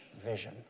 vision